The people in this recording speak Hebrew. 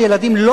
אני